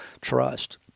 trust